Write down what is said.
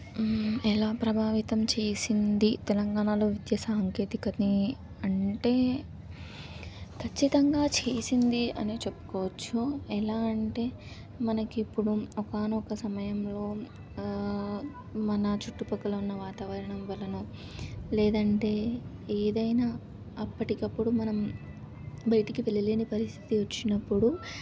ఎలా ప్రభావితం చేసింది తెలంగాణలో విద్య సాంకేతికని అంటే ఖచ్చితంగా చేసింది అనే చెప్పుకోవచ్చు ఎలా అంటే మనకిప్పుడు ఒకానొక సమయంలో మన చుట్టుపక్కల ఉన్న వాతావరణం వలన లేదంటే ఏదైనా అప్పటికప్పుడు మనం బయటికి వెళ్ళలేని పరిస్థితి వచ్చినప్పుడు